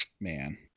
man